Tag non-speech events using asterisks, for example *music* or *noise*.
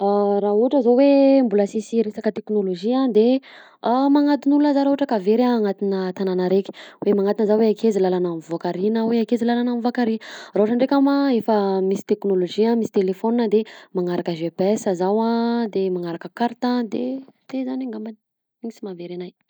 *hesitation* raha ohatra zao hoe mbola sisy resaka teknolozia a de magnanton'olona zah raha ohatra ka very a agnatina tanana raiky hoe manatona zah hoe akaiza lalana mivaoka ary na hoe akaiza lalana mivoaka ary raha ohatra dreky ma efa misy teknologie misy telephone de magnaraka GPS zaho a de magnaraka carte de zany angambany iny sy maha very anahy.